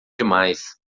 demais